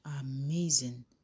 Amazing